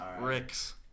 Ricks